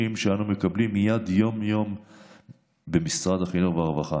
שאנו מקבלים מדי יום ממשרד החינוך וממשרד הרווחה.